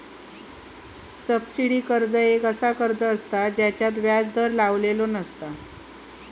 subsidy कर्ज एक असा कर्ज असता जेच्यात व्याज दर लावलेली नसता